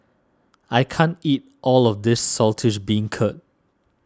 I can't eat all of this Saltish Beancurd